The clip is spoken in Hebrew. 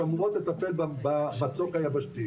שאמורות לטפל במצוק היבשתי.